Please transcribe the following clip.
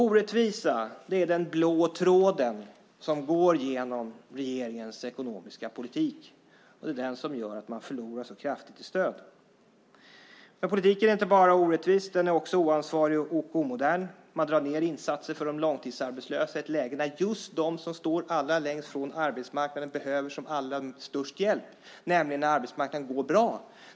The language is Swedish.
Orättvisa är den blå tråden som går genom regeringens ekonomiska politik. Det är den som gör att regeringen förlorar så kraftigt i stöd. Politiken är inte bara orättvis. Den är också oansvarig och omodern. Man drar ned på insatserna för de långtidsarbetslösa i ett läge när just de som står allra längst från arbetsmarknaden behöver störst hjälp, nämligen när arbetsmarknaden går bra.